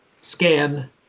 scan